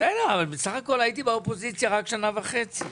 בסך הכול הייתי באופוזיציה רק שנה וחצי.